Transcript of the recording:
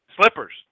slippers